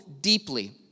deeply